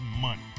money